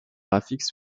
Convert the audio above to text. graphiques